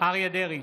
אריה מכלוף דרעי,